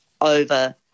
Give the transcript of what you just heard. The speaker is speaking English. over